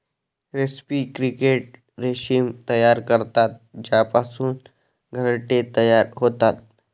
रेस्पी क्रिकेट रेशीम तयार करतात ज्यापासून घरटे तयार होतात